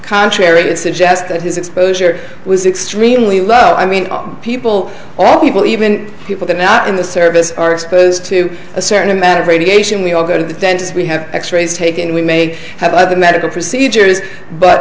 contrary it suggests that his exposure was extremely low i mean people all people even people that are not in the service are exposed to a certain amount of radiation we all go to the dentist we have x rays taken we may have other medical procedures but